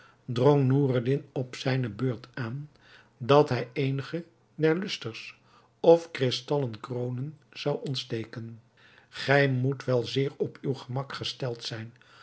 drong noureddin op zijne beurt aan dat hij eenige der lustres of kristallen kroonen zou ontsteken gij moet wel zeer op uw gemak gesteld zijn